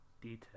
detail